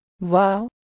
wow